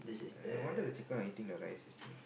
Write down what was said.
ah no wonder the chicken not eating the rice this thing